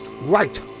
Right